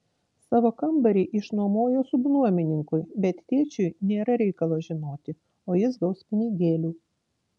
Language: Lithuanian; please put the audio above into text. savo kambarį išnuomojo subnuomininkui bet tėčiui nėra reikalo žinoti o jis gaus pinigėlių